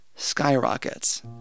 skyrockets